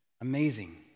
Amazing